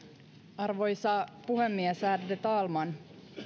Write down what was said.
arvoisa puhemies ärade talman